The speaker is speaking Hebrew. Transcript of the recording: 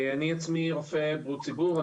אני עצמי רופא בריאות ציבור,